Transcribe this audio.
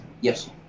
Yes